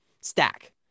stack